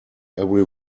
every